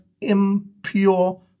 impure